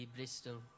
Bristol